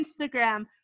Instagram